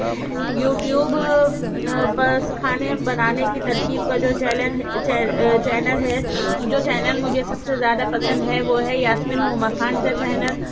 YouTube پر سکھانے اور بنانے کی ترکیب کا جو چلن چینل ہے جو چینل ہے وہ زیادہ پسند ہے وہ ہے یاسمین ہما خان کا چینل